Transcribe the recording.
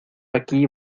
aquí